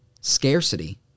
Scarcity